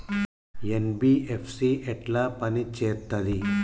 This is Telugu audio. ఎన్.బి.ఎఫ్.సి ఎట్ల పని చేత్తది?